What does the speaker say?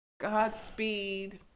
Godspeed